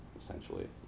Essentially